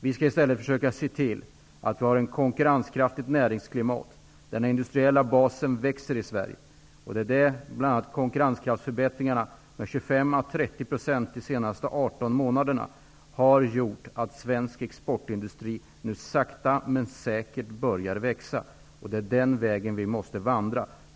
Vi skall i stället försöka se till att ha ett konkurrenskraftigt näringsklimat. Den industriella basen växer i Sverige. Bl.a. har konkurrenskraftsförbättringarna med 25--30 % under de senaste 18 månaderna gjort att svensk exportindustri nu sakta men säkert börjar växa. Det är den vägen som vi måste vandra.